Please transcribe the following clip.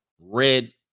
red